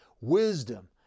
Wisdom